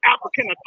African